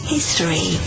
History